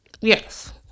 Yes